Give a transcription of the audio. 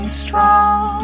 strong